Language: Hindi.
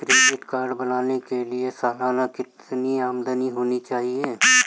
क्रेडिट कार्ड बनाने के लिए सालाना कितनी आमदनी होनी चाहिए?